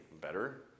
better